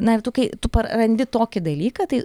na ir tu kai tu prarandi tokį dalyką tai